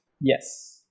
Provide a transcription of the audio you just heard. Yes